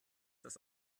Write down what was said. das